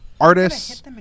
artists